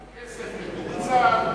הכסף מתוקצב,